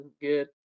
Good